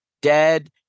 dead